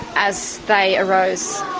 as they arose.